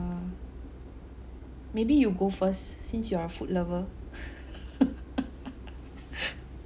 uh maybe you go first since you are a food lover